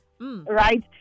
right